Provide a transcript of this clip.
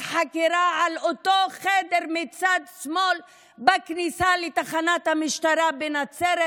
חקירה על אותו חדר מצד שמאל בכניסה לתחנת המשטרה בנצרת,